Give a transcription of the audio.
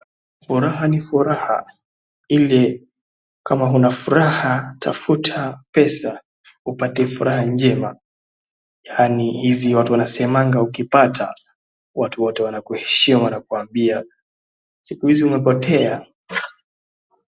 Furaha ni furaha, ila kama huna furaha tafuta pesa upate furaha njema. Yaani hizi watu wanasemanga ukipata watu wote wanakuheshimu wanakuambia siku hizi umepotea.